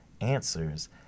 answers